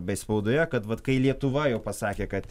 bei spaudoje kad vat kai lietuva jau pasakė kad